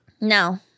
No